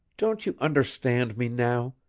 don't you understand me now?